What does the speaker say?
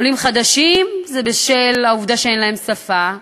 עולים חדשים, בשל העובדה שאין להם שפה,